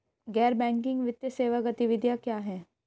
गैर बैंकिंग वित्तीय सेवा गतिविधियाँ क्या हैं?